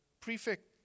prefect